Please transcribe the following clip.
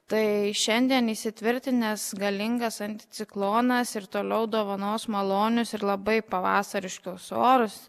tai šiandien įsitvirtinęs galingas anticiklonas ir toliau dovanos malonius ir labai pavasariškus orus